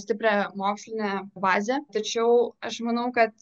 stiprią mokslinę bazę tačiau aš manau kad